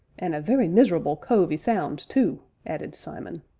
and a very miserable cove e sounds, too! added simon.